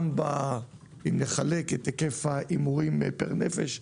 גם אם נחלק את היקף ההימורים פר נפש,